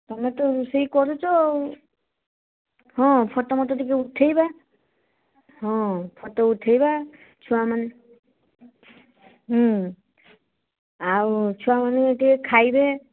ତୁମେ ତ ରୋଷେଇ କରୁଛ ଆଉ ହଁ ଫଟୋମୋଟୋ ଟିକିଏ ଉଠେଇବା ହଁ ଫଟୋ ଉଠେଇବା ଛୁଆମାନେ ଆଉ ଛୁଆମାନେ ଟିକିଏ ଖାଇବେ